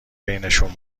بینشون